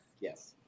Yes